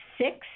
six